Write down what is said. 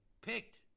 picked